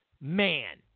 man